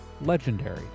Legendary